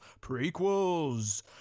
prequels